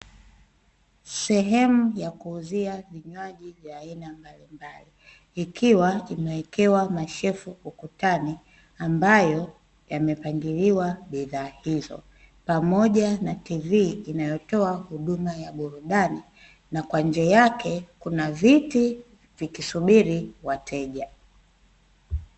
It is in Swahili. Sehemu ya kuuzia vinywaji vya aina mbalimbali ikiwa imewekewa mashelfu ukutani ambayo yamepangiliwa bidhaa hizo, pamoja na TV inayotoa huduma ya burudani na kwa nje yake kuna viti vikisubiri wateja .